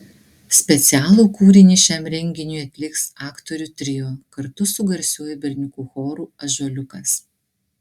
specialų kūrinį šiam renginiui atliks aktorių trio kartu su garsiuoju berniukų choru ąžuoliukas